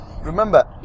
remember